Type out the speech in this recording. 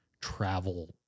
travel